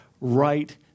right